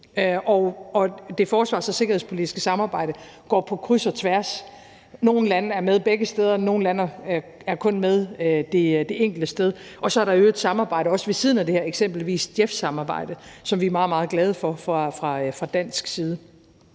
og det forsvars- og sikkerhedspolitiske samarbejde går jo på kryds og tværs. Nogle lande er med begge steder, og nogle lande er kun med det enkelte sted, og så er der i øvrigt også et samarbejde ved siden af det her, eksempelvis et JEF-samarbejde, som vi er meget, meget glade for fra dansk side.